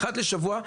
אחת לשבוע.